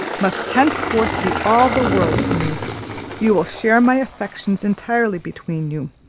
must henceforth be all the world to me you will share my affections entirely between you.